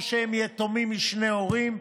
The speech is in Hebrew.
או שהם יתומים משני הוריהם,